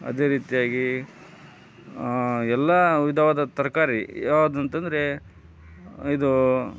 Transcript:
ಅದೇ ರೀತಿಯಾಗಿ ಎಲ್ಲ ವಿಧವಾದ ತರಕಾರಿ ಯಾವ್ದು ಅಂತಂದರೆ ಇದು